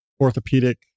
orthopedic